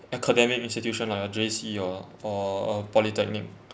academic institution like J_C or or polytechnic